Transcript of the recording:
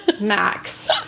max